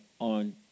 on